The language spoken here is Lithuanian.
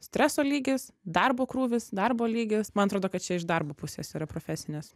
streso lygis darbo krūvis darbo lygis man atrodo kad čia iš darbo pusės yra profesinės